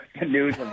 news